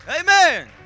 Amen